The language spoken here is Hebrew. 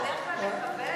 המשטרה בדרך כלל מקבלת, בסדר.